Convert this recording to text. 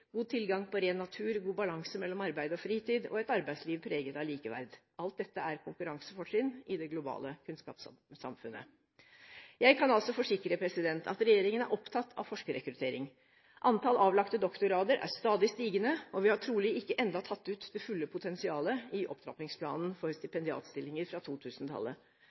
god tilgang på ren natur, god balanse mellom arbeid og fritid og et arbeidsliv preget av likeverd. Alt dette er konkurransefortrinn i det globale kunnskapssamfunnet. Jeg kan altså forsikre at regjeringen er opptatt av forskerrekruttering. Antall avlagte doktorgrader er stadig stigende, og vi har trolig ennå ikke tatt ut det fulle potensialet i opptrappingsplanen for stipendiatstillinger fra